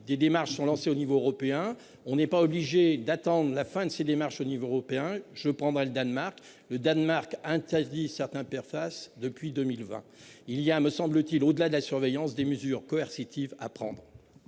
des démarches ont lancé au niveau européen, on n'est pas obligé d'attendre la fin de ces démarches au niveau européen, je prendrai le Danemark Le Danemark. Interdit certains pères face depuis 2020 il y a me semble-t-il, au-delà de la surveillance des mesures coercitives à prendre.